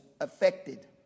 affected